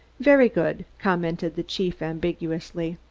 very good, commented the chief ambiguously.